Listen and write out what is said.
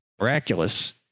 miraculous